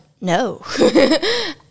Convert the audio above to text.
no